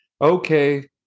okay